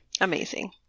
Amazing